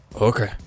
okay